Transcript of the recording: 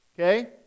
Okay